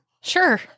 Sure